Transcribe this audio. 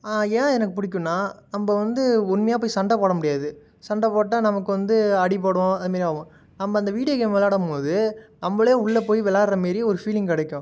ஏன் எனக்கு பிடிக்குன்னா நம்ம வந்து உண்மையாக போய் சண்டை போட முடியாது சண்டை போட்டால் நமக்கு வந்து அடிபடும் அது மாரி ஆகும் நம்ம அந்த வீடியோ கேம் விளையாடும் போது நம்மளே உள்ள போய் விளாட்ற மாரி ஒரு ஃபீலிங் கிடைக்கும்